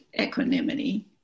equanimity